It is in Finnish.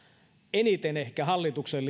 eniten hallituksen